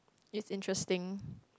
it's interesting